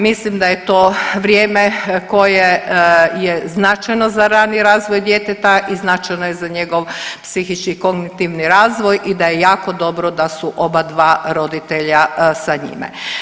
Mislim da je to vrijeme koje je značajno za rani razvoj djeteta i značajno je za njegov psihički i kognitivni razvoj i da je jako dobro da su oba dva roditelja sa njime.